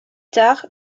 tard